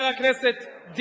אתה לא בנאום בחירות עכשיו,